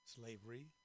slavery